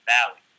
Valley